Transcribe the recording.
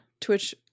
Twitch